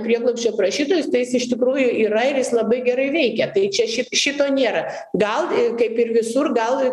prieglobsčio prašytojus tai jis iš tikrųjų yra ir jis labai gerai veikia tai čia šiaip šito nėra gal kaip ir visur gal